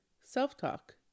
self-talk